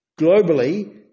globally